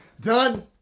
done